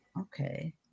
Okay